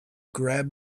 grab